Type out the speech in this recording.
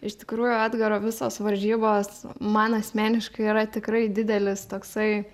iš tikrųjų edgaro visos varžybos man asmeniškai yra tikrai didelis toksai